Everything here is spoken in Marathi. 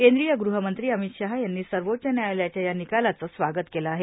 केंद्रीय ह मंत्री अमित शाह यांनी सर्वोच्च न्यायालयाच्या या निकालाचं स्वा त केलं आहे